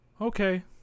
Okay